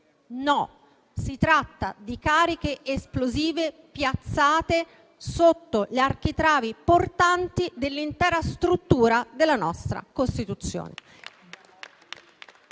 No, si tratta di cariche esplosive piazzate sotto gli architravi portanti dell'intera struttura della nostra Costituzione.